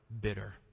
bitter